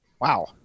Wow